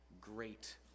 Great